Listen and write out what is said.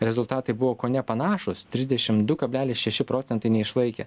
rezultatai buvo kone panašūs trisdešim du kablelis šeši procentai neišlaikė